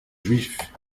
juif